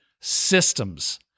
systems